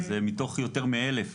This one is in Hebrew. זה מתוך יותר מאלף.